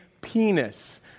penis